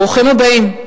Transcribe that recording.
ברוכים הבאים.